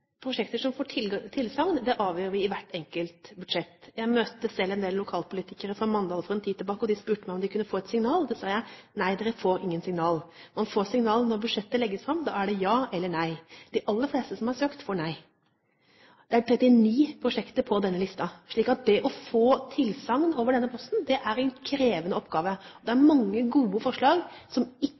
prosjekter som får tilsagn, avgjør vi i hvert enkelt budsjett. Jeg møtte selv en del lokalpolitikere fra Mandal for en tid tilbake, og de spurte meg om de kunne få et signal. Da sa jeg: Nei, dere får ingen signal. Man får signal når budsjettet legges fram – da er det ja eller nei. De aller fleste som har søkt, får nei. Det er 39 prosjekter på denne listen, slik at det å få tilsagn over denne posten er en krevende oppgave. Det er mange gode forslag som ikke får tilsagn om en statlig medfinansiering av kulturbygg. Det betyr ikke at forslaget ikke